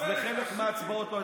אז בחלק מההצבעות לא היית,